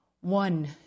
One